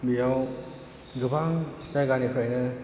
बेयाव गोबां जायगानिफ्रायनो